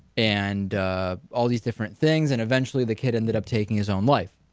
and all these different things, and eventually, the kid ended up taking his own life.